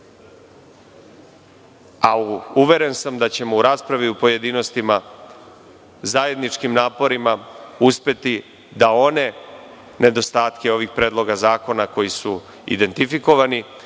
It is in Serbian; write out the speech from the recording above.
a uveren sam da ćemo u raspravi u pojedinostima zajedničkim naporima uspeti da one nedostatke ovih predloga zakona koji su identifikovani